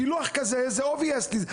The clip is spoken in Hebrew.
פילוח כזה זה obvious.